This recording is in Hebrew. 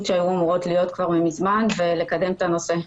שהיו אמורות להיות כבר מזמן ולקדם את הנושא.